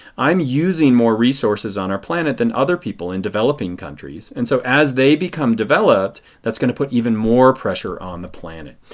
i am using more resources on our planet than other people in developing countries. and so as they become developed that is going to put even more pressure on the planet.